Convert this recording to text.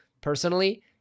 personally